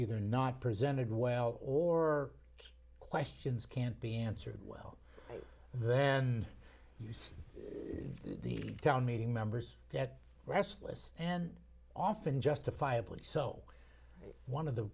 either not presented well or questions can't be answered well then you see the town meeting members get restless and often justifiably so one of the